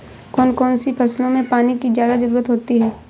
कौन कौन सी फसलों में पानी की ज्यादा ज़रुरत होती है?